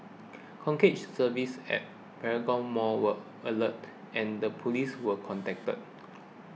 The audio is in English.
services at Paragon mall were alerted and the police were contacted